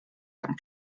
tam